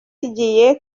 kigiye